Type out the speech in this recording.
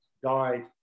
Died